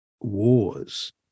wars